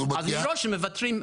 אז מראש מוותרים.